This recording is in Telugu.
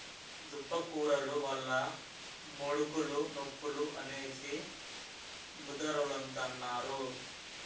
దుంపకూరలు వల్ల ముడుకులు నొప్పులు అనేసి ముదరోలంతన్నారు